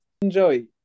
enjoy